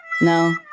No